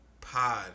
pod